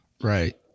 right